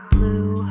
Blue